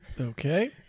Okay